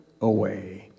away